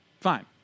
Fine